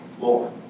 Lord